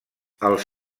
els